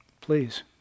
please